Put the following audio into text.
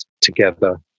together